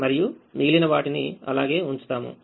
మరియు మిగిలిన వాటిని అలాగే ఉంచుతాము